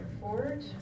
forward